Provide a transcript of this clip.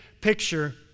picture